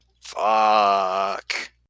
Fuck